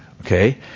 okay